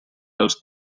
dels